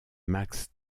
max